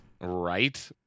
right